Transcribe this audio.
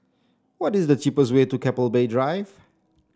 what is the cheapest way to Keppel Bay Drive